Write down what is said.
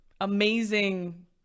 amazing